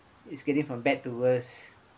it's getting from bad to worse